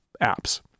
apps